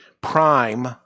Prime